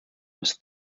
was